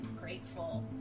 grateful